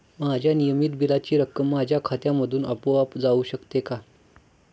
माझ्या नियमित बिलाची रक्कम माझ्या खात्यामधून आपोआप जाऊ शकते का?